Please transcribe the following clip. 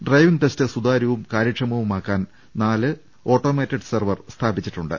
driving test സുതാര്യവും കാര്യക്ഷമവുമാ ക്കാൻ നാല് ഓട്ടോമാറ്റഡ് സെർവർ സ്ഥാപിച്ചിട്ടുണ്ട്